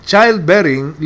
Childbearing